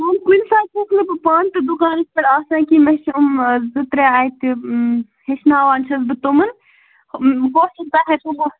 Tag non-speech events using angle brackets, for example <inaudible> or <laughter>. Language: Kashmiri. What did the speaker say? <unintelligible> کُنہِ ساتہٕ چھَس نہٕ بہٕ پانہٕ تہِ دُکانَس پٮ۪ٹھ آسان کینٛہہ مےٚ چھِ یِم زٕ ترٛےٚ اَتہِ ہیٚچھناوان چھَس بہٕ تِمَن ہوسکتا ہے تِمو